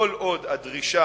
כל עוד הדרישה